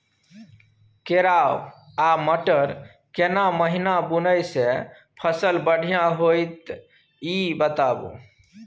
केराव आ मटर केना महिना बुनय से फसल बढ़िया होत ई बताबू?